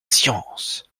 science